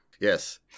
Yes